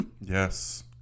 Yes